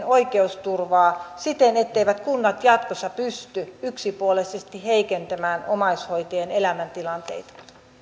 oikeusturvaa siten etteivät kunnat jatkossa pysty yksipuolisesti heikentämään omaishoitajien elämäntilanteita